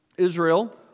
Israel